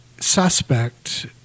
suspect